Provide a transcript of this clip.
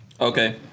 Okay